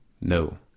No